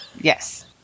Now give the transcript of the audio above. Yes